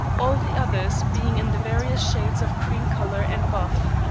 all the others being in the various shades of cream-color and buff.